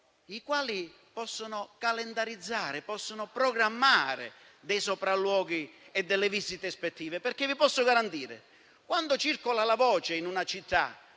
i quali possono calendarizzare e programmare sopralluoghi e visite ispettive, perché vi posso garantire che, quando circola la voce in una città